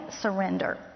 surrender